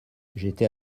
j’étais